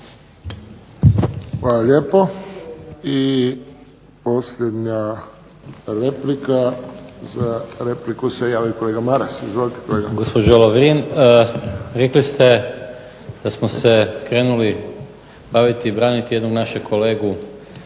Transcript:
Hvala lijepo. I posljednja replika. Za repliku se javio kolega Maras. Izvolite, kolega. **Maras, Gordan (SDP)** Gospođo Lovrin, rekli ste da smo se krenuli baviti i braniti jednog našeg kolegu